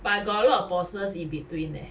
but I got a lot of pauses in between leh